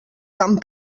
tant